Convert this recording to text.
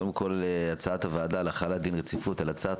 קודם הצעת הוועדה להחלת דין רציפות על הצעת